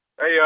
hey